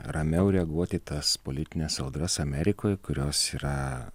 ramiau reaguoti į tas politines audras amerikoj kurios yra